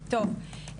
טוב,